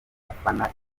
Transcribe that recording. afana